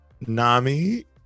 Nami